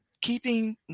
keeping